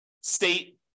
state